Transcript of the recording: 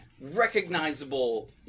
recognizable